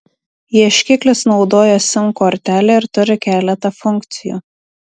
ieškiklis naudoja sim kortelę ir turi keletą funkcijų